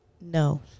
No